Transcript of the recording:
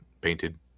Painted